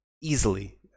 easily